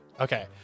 Okay